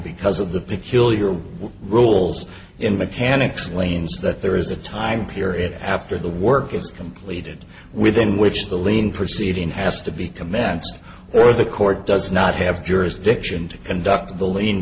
because of the peculiar rules in mechanics lanes that there is a time period after the work is completed within which the lien proceeding has to be commenced or the court does not have jurisdiction to conduct the l